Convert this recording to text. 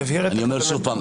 יבהיר את הכוונה.